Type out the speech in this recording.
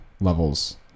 levels